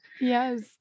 Yes